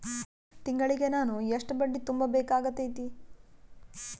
ತಿಂಗಳಿಗೆ ನಾನು ಎಷ್ಟ ಬಡ್ಡಿ ತುಂಬಾ ಬೇಕಾಗತೈತಿ?